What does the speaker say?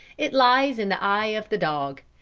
it lies in the eye of the dog.